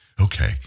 Okay